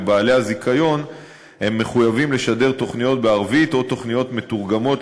ובעלי הזיכיון מחויבים לשדר תוכניות בערבית או תוכניות מתורגמות